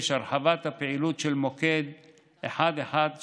6. הרחבת הפעילות של מוקד 118,